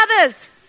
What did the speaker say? others